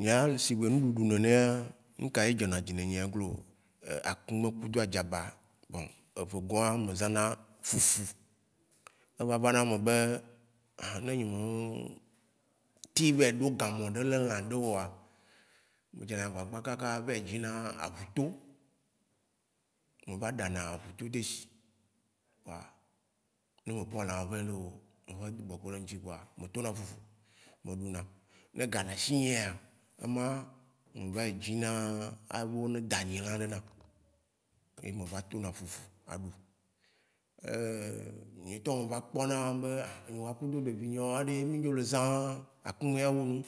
Nye ya, shigbe ŋɖuɖu nenea, nuka ye dzɔna dzi ne nyea glo akũmɛ kudo adzaba. Bon evegɔ̃a me zãna fufu. Eva vana eme be, ã ne nye me teŋ vayi ɖo gamɔ̃ ɖe le lã ɖeoa, ŋdzana kaka vayi dzina aʋũto, me va ɖana aʋũto deshi. kpoa, ne me kpɔ lãʋeʋe ɖeo, me va tsu bɔ kɔ ɖe ŋtsi kpoa, me tona fufu me ɖuna. Ne ga le ashinyea, ema me va yi dzina abe o ne da nyilã ɖe nam ye me va tona fufu a ɖu. Eee nyĩtɔ me va kpɔna be enye gbakudo kudo ɖevinyewó aɖe mi le zã akũmɛa wunu.